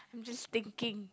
I'm just thinking